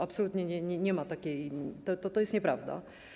Absolutnie nie ma takiej potrzeby, to jest nieprawda.